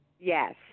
Yes